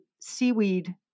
seaweed